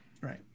Right